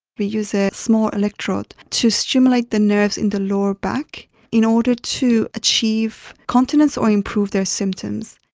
we use a small electrode to stimulate the nerves in the lower back in order to achieve continence or improve their symptoms.